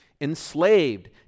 enslaved